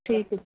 ਠੀਕ